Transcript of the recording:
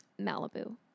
Malibu